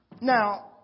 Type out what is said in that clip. Now